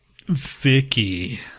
vicky